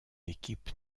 équipe